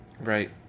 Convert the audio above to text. Right